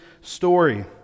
story